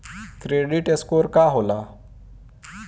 Credit score का होला?